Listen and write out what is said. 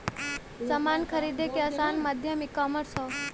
समान खरीदे क आसान माध्यम ईकामर्स हौ